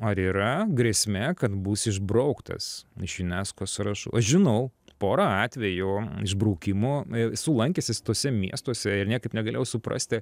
ar yra grėsmė kad bus išbrauktas iš unesco sąrašų aš žinau pora atvejų išbraukimo esu lankęsis tuose miestuose ir niekaip negalėjau suprasti